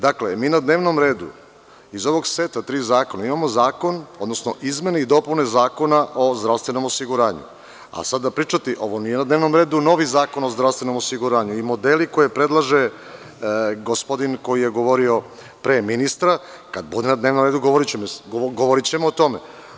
Dakle, mi na dnevnom redu iz ovog seta tri zakona, imamo zakon, odnosno izmene i dopune Zakona o zdravstvenom osiguranju, a sada pričati, ovo nije na dnevnom redu novi Zakon o zdravstvenom osiguranju i modeli koje predlaže gospodin koji je govorio pre ministra, kada bude na dnevnom redu govorićemo o tome.